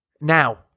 Now